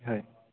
হয়